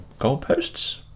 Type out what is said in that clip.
goalposts